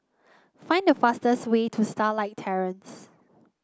find the fastest way to Starlight Terrace